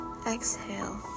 Exhale